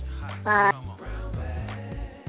Bye